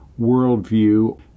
worldview